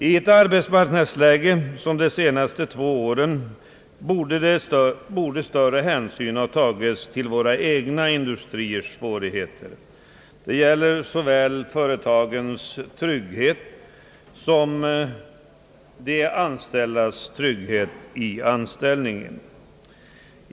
I ett arbetsmarknadsläge som det som rått under de senaste två åren borde större hänsyn ha tagits till våra egna industriers svårigheter. Det gäller såväl företagens trygghet som de anställdas trygghet i anställningen.